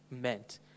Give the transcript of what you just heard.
meant